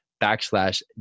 backslash